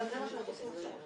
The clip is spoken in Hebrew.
אבל זה מה שאנחנו עושים עכשיו.